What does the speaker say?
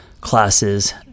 classes